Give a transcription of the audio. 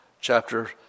chapter